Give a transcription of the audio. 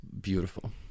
Beautiful